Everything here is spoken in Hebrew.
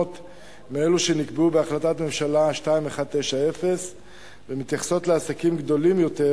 מההגדרות שנקבעו בהחלטת ממשלה 2190 ומתייחסות לעסקים גדולים יותר.